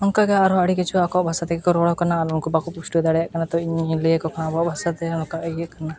ᱚᱱᱠᱟᱜᱮ ᱟᱨᱦᱚᱸ ᱟᱹᱰᱤ ᱠᱤᱪᱷᱩ ᱟᱠᱚᱣᱞᱟᱜ ᱵᱷᱟᱥᱟ ᱛᱮᱜᱮ ᱠᱚ ᱨᱚᱲ ᱠᱟᱱᱟ ᱟᱨ ᱩᱱᱠᱩ ᱵᱟᱠᱚ ᱯᱩᱥᱴᱟᱹᱣ ᱫᱟᱲᱮᱭᱟᱜ ᱠᱟᱱᱟ ᱛᱚ ᱤᱧᱤᱧ ᱞᱟᱹᱭᱟᱠᱚ ᱠᱷᱟᱱ ᱟᱵᱚᱣᱟᱜ ᱵᱷᱟᱥᱟᱛᱮ ᱱᱚᱝᱠᱟ ᱠᱚ ᱤᱭᱟᱹ ᱠᱟᱱᱟ